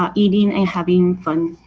um eating, and having fun.